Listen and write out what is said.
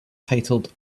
titled